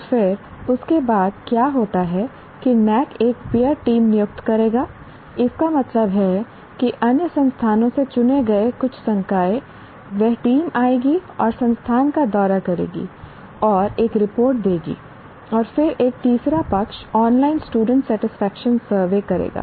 और फिर उसके बाद क्या होता है कि NAAC एक पीयर टीम नियुक्त करेगा इसका मतलब है कि अन्य संस्थानों से चुने गए कुछ संकाय वह टीम आएगी और संस्थान का दौरा करेगी और एक रिपोर्ट देगी और फिर एक तीसरा पक्ष ऑनलाइन स्टूडेंट सेटिस्फेक्शन सर्वे करेगा